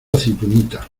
aceitunita